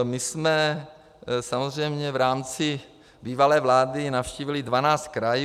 My jsme samozřejmě v rámci bývalé vlády navštívili 12 krajů.